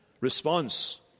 response